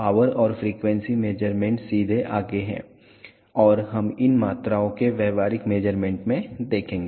power और frequency measurement सीधे आगे हैं और हम इन मात्राओं के व्यावहारिक मेज़रमेंट में देखेंगे